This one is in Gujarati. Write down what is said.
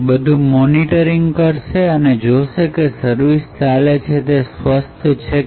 તે બધું મોનીટર કરશે અને જોશે કે જે સર્વિસ ચાલે છે તે સ્વસ્થ છે